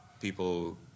people